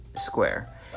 Square